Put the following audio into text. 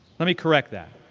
let me correct that.